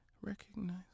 recognize